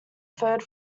third